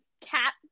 cat